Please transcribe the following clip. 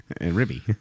Ribby